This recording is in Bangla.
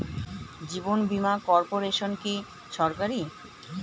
জীবন বীমা কর্পোরেশন কি সরকারি?